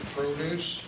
produce